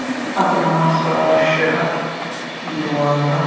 اکنَمَتھ ساس شیٚے ہَتھ دُوَنٛزاہ